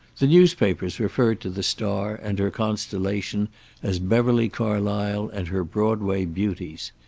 the newspapers referred to the star and her constellation as beverly carlysle and her broadway beauties.